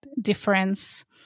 difference